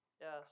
Yes